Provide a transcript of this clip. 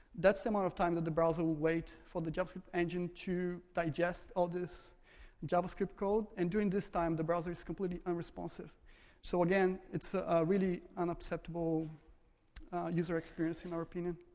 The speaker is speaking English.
that's the amount of time that the browser will wait for the jesup engine to digest all this javascript code. and during this time, the browser is completely unresponsive so again, it's a really unacceptable user experience in our opinion.